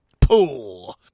pool